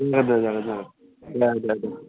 दे दे जागोन जागोन दे दे दे